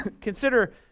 Consider